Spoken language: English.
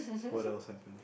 what else happen